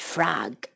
Frog